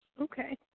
Okay